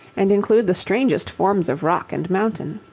and include the strangest forms of rock and mountain.